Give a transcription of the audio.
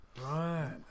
right